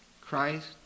christ